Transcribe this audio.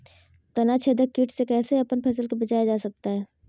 तनाछेदक किट से कैसे अपन फसल के बचाया जा सकता हैं?